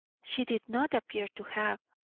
she did not appear to have.